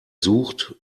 sucht